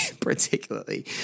particularly